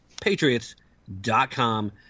patriots.com